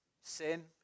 Sin